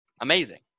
amazing